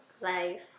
life